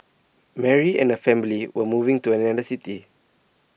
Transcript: Mary and her family were moving to another city